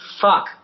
fuck